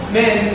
men